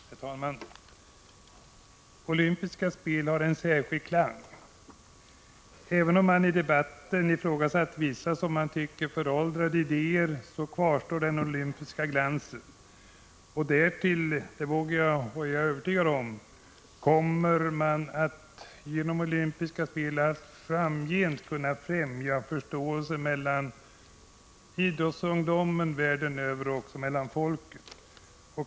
Herr talman! Olympiska spel har en särskild klang. Även om man i debatten ifrågasatt vissa som man tycker föråldrade idéer, kvarstår den olympiska glansen. Därtill kommer att man — det är jag övertygad om — genom olympiska spel allt framgent kommer att kunna främja förståelsen mellan idrottsungdom världen över och även mellan folken.